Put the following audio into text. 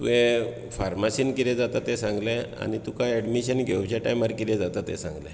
फार्मासीन कितें जाता तें सांगलें आनी तुका एडमिशन घेवचे टायमार कितें जाता तें सांगलें